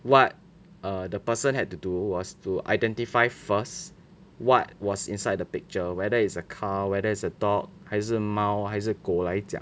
what err the person had to do was to identify first what was inside the picture whether is a car whether is a dog 还是猫还是狗来讲